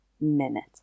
minute